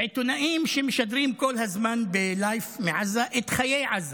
לעיתונאים שמשדרים כל הזמן בלייב מעזה את חיי עזה,